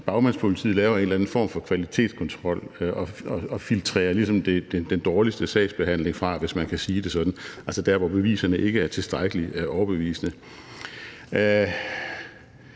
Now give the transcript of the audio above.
Bagmandspolitiet en eller anden form for kvalitetskontrol og filtrerer ligesom den dårligste sagsbehandling fra, hvis man kan sige det sådan, altså der, hvor beviserne ikke er tilstrækkelig overbevisende.